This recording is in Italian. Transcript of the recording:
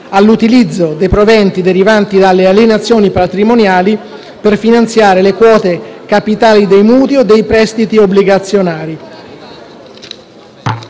all'utilizzo dei proventi derivanti dalle alienazioni patrimoniali per finanziare le quote capitali dei mutui o dei prestiti obbligazionari;